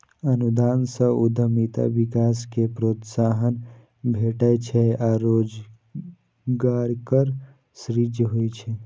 अनुदान सं उद्यमिता विकास कें प्रोत्साहन भेटै छै आ रोजगारक सृजन होइ छै